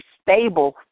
stable